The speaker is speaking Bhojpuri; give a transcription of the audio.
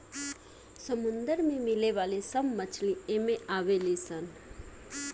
समुंदर में मिले वाली सब मछली एमे आवे ली सन